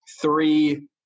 three